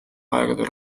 aegadel